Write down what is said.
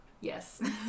yes